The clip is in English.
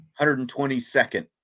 122nd